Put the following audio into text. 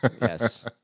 Yes